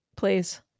please